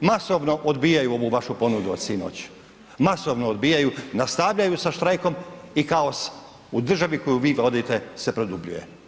masovno odbijaju ovu vašu ponudu od sinoć, masovno odbijaju, nastavljaju sa štrajkom i kaos u državi koju vi vodite se produbljuje.